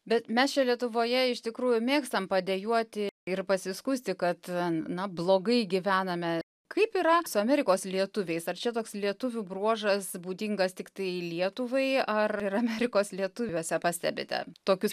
bet mes čia lietuvoje iš tikrųjų mėgstam padejuoti ir pasiskųsti kad na blogai gyvename kaip yra su amerikos lietuviais ar čia toks lietuvių bruožas būdingas tiktai lietuvai ar ir amerikos lietuviuose pastebite tokius